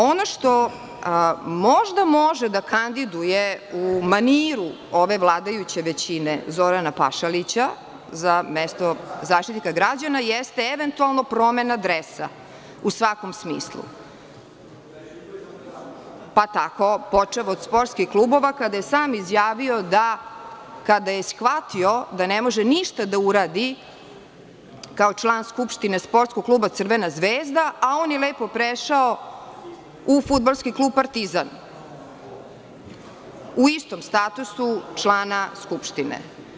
Ono što možda može da kandiduje, u maniru ove vladajuće većine Zorana Pašalića za mesto Zaštitnika građana, jeste eventualno promena dresa u svakom smislu, pa tako počev od sportskih klubova, kada je sam izjavio da kada je shvatio da ne može ništa da uradi kao član Skupštine sportskog kluba „Crvena zvezda“, a on je lepo prešao u fudbalski klub „Partizan“ u istom statusu člana Skupštine.